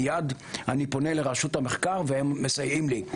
מיד אני פונה לרשות המחקר והם מסייעים לי.